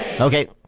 Okay